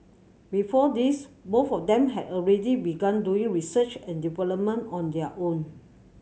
before this both of them had already begun doing research and on their own